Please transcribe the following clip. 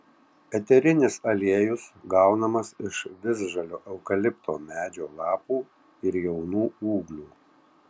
eterinis aliejus gaunamas iš visžalio eukalipto medžio lapų ir jaunų ūglių